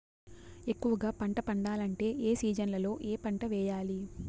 ఎక్కువగా పంట పండాలంటే ఏ సీజన్లలో ఏ పంట వేయాలి